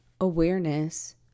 awareness